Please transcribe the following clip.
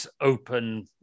open